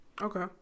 Okay